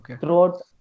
throughout